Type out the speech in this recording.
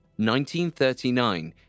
1939